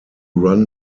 run